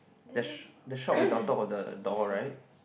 the sh~ the shop is on top of the door right